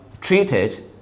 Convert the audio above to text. treated